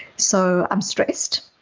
so i'm stressed,